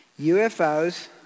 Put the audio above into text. UFOs